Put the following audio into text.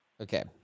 Okay